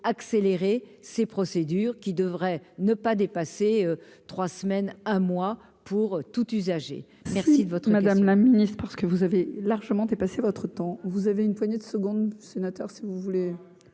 accélérer ces procédures qui devrait ne pas dépasser 3 semaines un mois pour tout usager. Merci de votre Madame